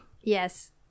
Yes